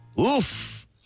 Oof